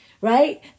right